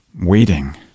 waiting